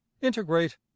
Integrate